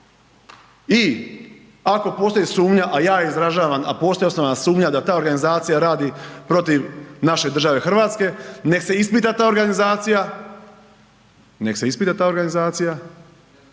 I ako postoji sumnja, a ja je izražavam, a postoji osnovana sumnja da ta organizacija radi protiv naše države Hrvatske, nek se ispita ta organizacija,